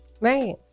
right